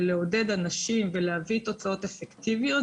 לעודד אנשים ולהביא תוצאות אפקטיביות,